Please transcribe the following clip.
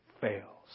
fails